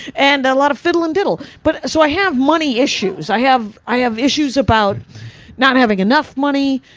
and a lot of fiddle and diddle. but so i have money issues. i have i have issues about not having enough money,